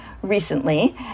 recently